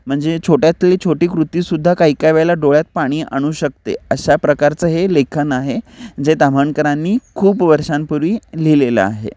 म्हणजे छोट्यातली छोटी कृतीसुद्धा काही काही वेळेला डोळ्यात पाणी आणू शकते अशा प्रकारचं हे लेखन आहे जे ताम्हणकरांनी खूप वर्षांपूर्वी लिहिलेलं आहे